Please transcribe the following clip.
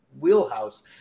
wheelhouse